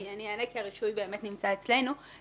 הרישוי נמצא אצלנו.